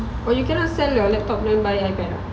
but you cannot sell your laptop then buy iPad ah